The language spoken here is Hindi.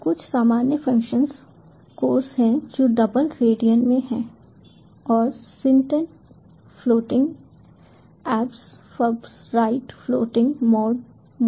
तो कुछ सामान्य फ़ंक्शन कॉस हैं जो डबल रेडियन में हैं और sin tan floating abs fabs right floating mod हैं